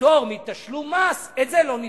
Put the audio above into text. פטור מתשלום מס, את זה לא ניתן.